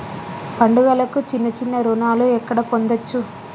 పండుగలకు చిన్న చిన్న రుణాలు ఎక్కడ పొందచ్చు?